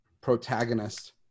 protagonist